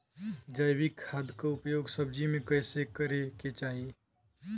जैविक खाद क उपयोग सब्जी में कैसे करे के चाही?